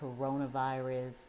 coronavirus